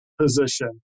position